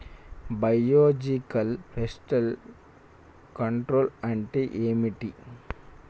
Biological pest control అంటే ఏమిటి?